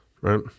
right